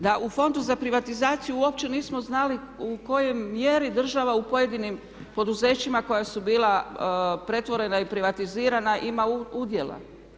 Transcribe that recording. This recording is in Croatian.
Da u Fondu za privatizaciju uopće nismo znali u kojoj mjeri država u pojedinim poduzećima koja su bila pretvorena i privatizirana ima udjela?